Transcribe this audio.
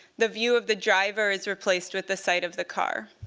the view of the driver is replaced with the sight of the car.